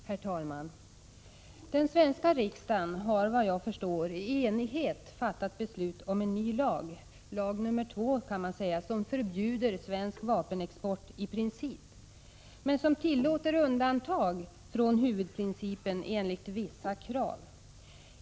Herr talman! Den svenska riksdagen har, såvitt jag förstår, i enighet fattat beslut om en ny lag, lag nr 2 kan man säga, som förbjuder svensk vapenexport i princip, men som tillåter undantag från huvudprincipen enligt vissa kriterier.